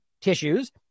tissues